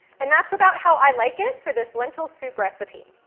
and that's about how i like it for this lentil soup recipe.